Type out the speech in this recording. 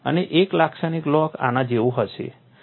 અને એક લાક્ષણિક લોક આના જેવું હશે